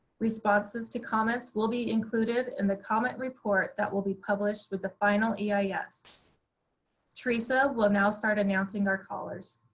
responses to comments will be included in the comment report that will be published with the final yeah eis. theresa will now start announcing our callers.